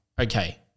okay